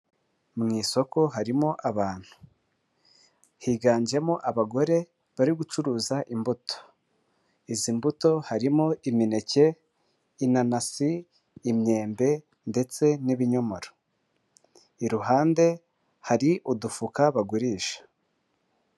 Mu isoko harimo abantu. Higanjemo abagore bari gucuruza imbuto. Izi mbuto harimo; imineke, inanasi, imyembe ndetse n'ibinyomoro. Iruhande hari udufuka bagurisha.